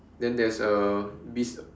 then there's a beast